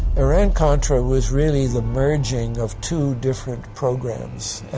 iran-contra was really the merging of two different programs.